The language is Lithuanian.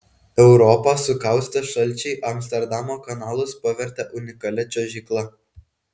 europą sukaustę šalčiai amsterdamo kanalus pavertė unikalia čiuožykla